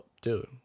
dude